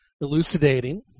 elucidating